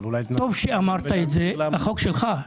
החוק שלך.